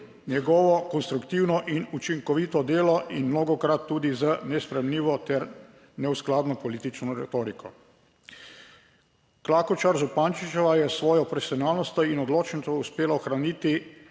njegovo konstruktivno in učinkovito delo in mnogokrat tudi z nesprejemljivo ter neskladno politično retoriko. Klakočar Zupančičeva je s svojo profesionalnostjo in odločnostjo uspela ohraniti